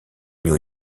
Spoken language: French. new